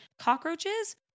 cockroaches